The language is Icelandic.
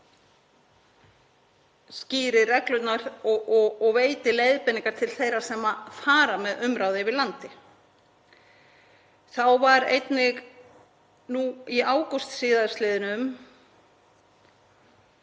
skýri reglurnar og veiti leiðbeiningar til þeirra sem fara með umráð yfir landi. Þá var einnig í ágúst síðastliðnum